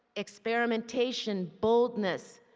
experimentation, boldness,